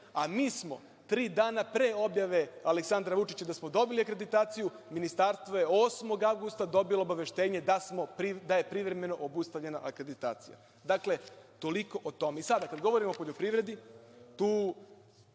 a mi smo tri dana pre objave Aleksandara Vučića da smo dobili akreditaciju, Ministarstvo je 8. avgusta dobilo obaveštenje da je privremeno obustavljena akreditacija. Dakle, toliko o tome. Sada kada govorimo o poljoprivredi tu